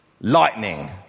lightning